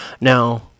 Now